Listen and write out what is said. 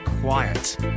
quiet